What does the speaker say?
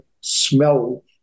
smell